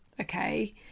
okay